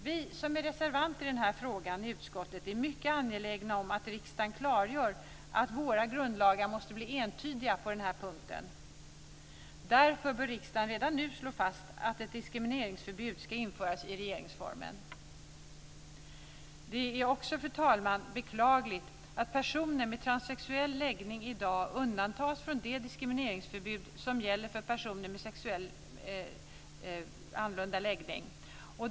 Vi som är reservanter i den här frågan i utskottet är mycket angelägna om att riksdagen klargör att våra grundlagar måste bli entydiga på den här punkten. Därför bör riksdagen redan nu slå fast att ett diskrimineringsförbud ska införas i regeringsformen. Det är också, fru talman, beklagligt att personer med transsexuell läggning i dag undantas från det diskrimineringsförbud som gäller för personer med annorlunda sexuell läggning.